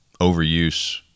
overuse